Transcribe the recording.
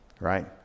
Right